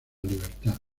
libertad